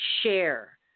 share